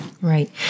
right